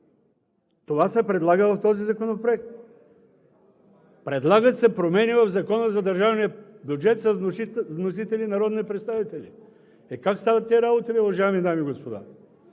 Това се предлага в този законопроект – предлагат се промени в Закона за държавния бюджет с вносители народни представители! Е, как стават тези работи, уважаеми дами и господа?!